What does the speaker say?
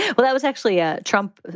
well, that was actually a trump.